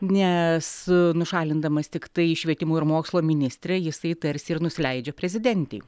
nes nušalindamas tiktai švietimo ir mokslo ministrę jisai tarsi ir nusileidžia prezidentei